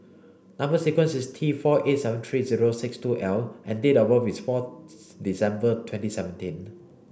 number sequence is T four eight seven three zero six two L and date of birth is four December twenty seventenn